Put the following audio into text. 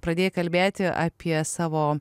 pradėjai kalbėti apie savo